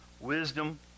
wisdom